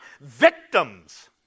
victims